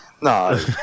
No